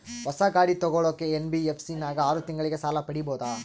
ಹೊಸ ಗಾಡಿ ತೋಗೊಳಕ್ಕೆ ಎನ್.ಬಿ.ಎಫ್.ಸಿ ನಾಗ ಆರು ತಿಂಗಳಿಗೆ ಸಾಲ ಪಡೇಬೋದ?